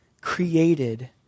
created